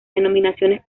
denominaciones